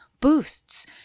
boosts